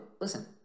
Listen